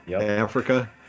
Africa